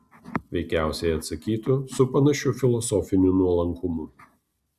veikiausiai atsakytų su panašiu filosofiniu nuolankumu